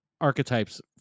archetypes